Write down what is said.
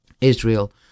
Israel